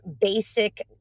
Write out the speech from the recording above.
basic